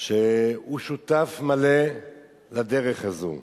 שהוא שותף מלא לדרך הזו,